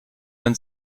man